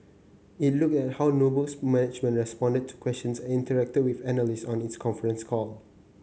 it looked at how Noble's management responded to questions and interacted with analysts on its conference call